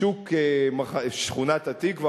בשכונת-התקווה,